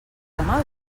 demà